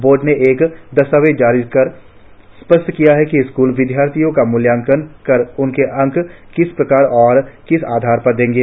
board ने एक दस्तावेज़ जारी कर स्पष्ट किया है कि स्कूल विद्यार्थियों का मूल्यांकन कर उन्हें अंक किस प्रकार और किस आधार पर देंगे